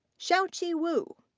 xiaoqi wu.